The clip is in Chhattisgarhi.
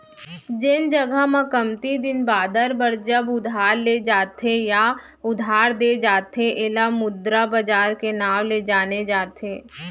जेन जघा म कमती दिन बादर बर जब उधार ले जाथे या उधार देय जाथे ऐला मुद्रा बजार के नांव ले जाने जाथे